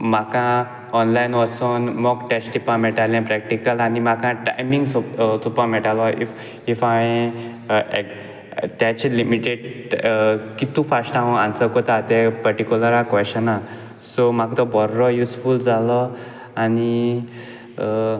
म्हाका ऑनलायन वोसोन mock test दिवपा मेळटाले प्रॅक्टीकल आनी म्हाका टायमींग चोवपा मेळटालो इफ हांवें तेचे लिमिटेड कितू फास्ट हांव आन्सर कोत्ता ते पर्टिकुलराको क्वेशना सो म्हाका तो बोरो युजफूल जालो आनी